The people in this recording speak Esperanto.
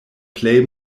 plej